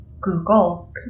Google